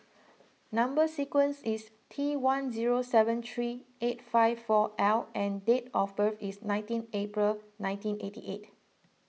Number Sequence is T one zero seven three eight five four L and date of birth is nineteen April nineteen eighty eight